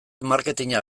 marketina